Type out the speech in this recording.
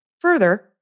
Further